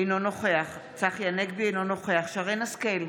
אינו נוכח צחי הנגבי, אינו נוכח שרן מרים השכל,